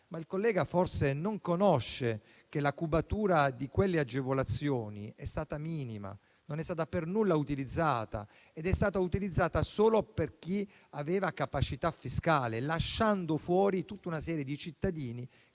Il collega forse non sa che la cubatura di quelle agevolazioni è stata minima e non è stata per nulla utilizzata; è stata utilizzata solo per chi aveva capacità fiscale, lasciando fuori tutta una serie di cittadini